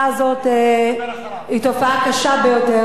הוא מדבר אחריו.